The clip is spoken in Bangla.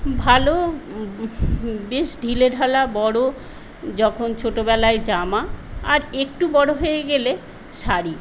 ভালো বেশ ঢিলেঢালা বড়ো যখন ছোটোবেলায় জামা আর একটু বড়ো হয়ে গেলে শাড়ি